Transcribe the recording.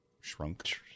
Shrunk